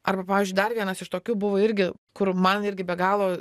arba pavyzdžiui dar vienas iš tokių buvo irgi kur man irgi be galo